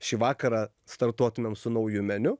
šį vakarą startuotumėm su nauju meniu